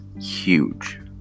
huge